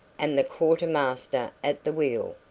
and the quarter-master at the wheel.